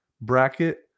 bracket